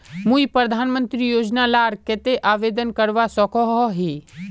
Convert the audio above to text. मुई प्रधानमंत्री योजना लार केते आवेदन करवा सकोहो ही?